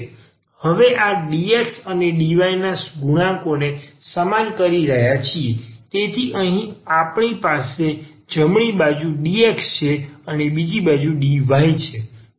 હવે આ dx અને dy ના ગુણાંકોને સમાન કરી રહ્યા છીએ તેથી અહીં આપણી પાસે જમણી બાજુ dx છે અને બીજી બાજુ dy છે